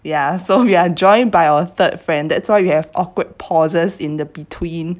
ya so we are joined by our third friend that's why you have awkward pauses in the between